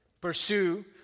Pursue